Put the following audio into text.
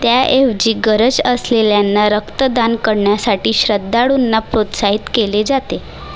त्याऐवजी गरज असलेल्यांना रक्तदान करण्यासाठी श्रद्धाळूंना प्रोत्साहित केले जाते